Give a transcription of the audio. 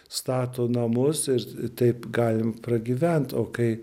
stato namus ir taip galim pragyvent o kai